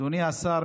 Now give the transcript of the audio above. אדוני השר,